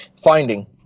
Finding